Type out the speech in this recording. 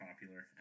popular